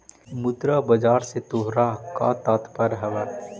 मुद्रा बाजार से तोहरा का तात्पर्य हवअ